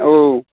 औ